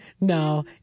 No